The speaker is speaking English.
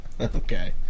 Okay